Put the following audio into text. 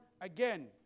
again